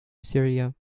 syria